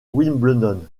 wimbledon